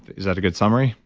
is that a good summary?